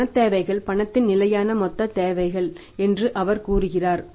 உங்கள் பணத் தேவைகள் பணத்தின் நிலையான மொத்த தேவைகள் என்று அவர் கூறுகிறார்